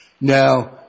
Now